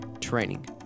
training